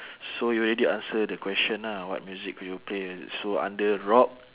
so you already answer the question ah what music could you play so under rock